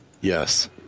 Yes